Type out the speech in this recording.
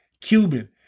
Cuban